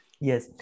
Yes